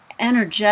energetic